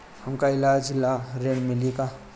हमका ईलाज ला ऋण मिली का?